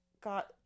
got